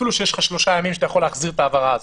אפילו שיש לך שלושה ימים שאתה יכול להחזיר את ההעברה הזו.